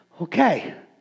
okay